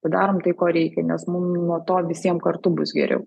padarom tai ko reikia nes mum nuo to visiem kartu bus geriau